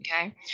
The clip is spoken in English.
Okay